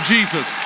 Jesus